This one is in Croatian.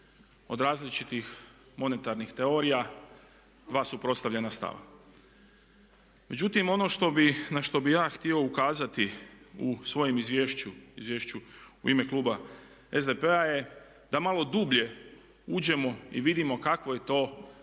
od različitih monetarnih teorija dva suprotstavljena stava. Međutim ono na što bih ja htio ukazati u svojem izvješću, u izvješću u ime kluba SDP-a je da malo dublje uđemo i vidimo kakovo je to